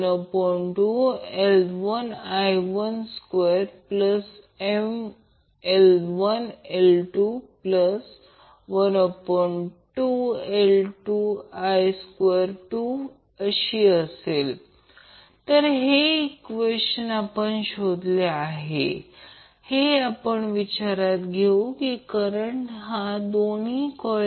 तर अशा प्रकारे रेझोनन्स होईल परंतु जेव्हा RL 2 म्हणजे RC 2 L C असेल तेव्हा सर्किट सर्व फ्रिक्वेन्सीजवर रेसोनेट करेल जे मी देखील सांगितले कारण तो घटक निघून जाईल